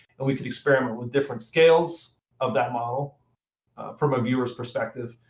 and we could experiment with different scales of that model from a viewer's perspective,